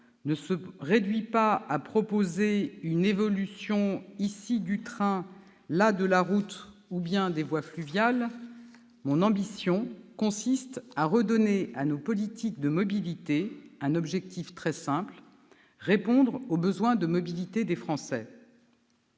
ne se réduit pas à proposer une évolution, ici, du train, là, de la route ou bien des voies fluviales. Mon ambition consiste à redonner à nos politiques de mobilité un objectif très simple : répondre aux besoins de mobilité des Français.